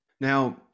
Now